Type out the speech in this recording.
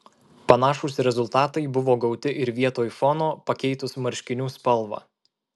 panašūs rezultatai buvo gauti ir vietoj fono pakeitus marškinių spalvą